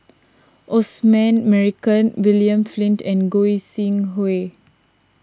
Osman Merican William Flint and Goi Seng Hui